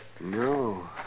No